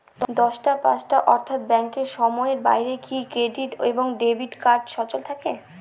দশটা পাঁচটা অর্থ্যাত ব্যাংকের সময়ের বাইরে কি ক্রেডিট এবং ডেবিট কার্ড সচল থাকে?